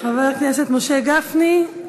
חבר הכנסת משה גפני,